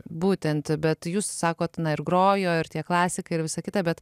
būtent bet jūs sakot na ir grojo ir tie klasikai ir visa kita bet